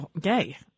gay